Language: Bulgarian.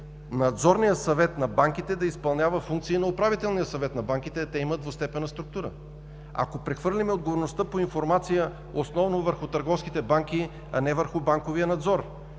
Надзорният съвет на банките да изпълнява функции и на Управителния съвет на банките, а те имат двустепенна структура, ако прехвърлим отговорността по информация основно върху търговските банки, а не върху банковия надзор.